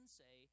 say